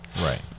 Right